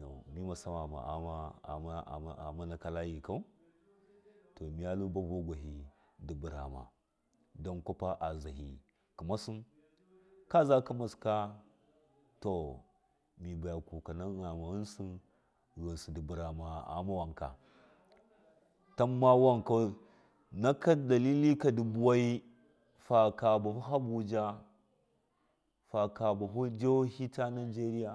yauwa mima samamau aghama naka layikau migatlu ba wuwagwahi ndɨ burama don kwafa zahi kɨmasi ka za kɨnwaka to miya baya kuka nama ghɨnsɨ, ghɨnsi dɨ bwama ghama wanka tamma wonkau naka datiti ka ndi buwa faka buhu habuja faka bahu jahohi na nageria.